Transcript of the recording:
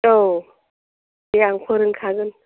औ दे आं फोरोंखागोन